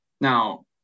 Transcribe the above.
Now